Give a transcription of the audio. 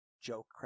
joke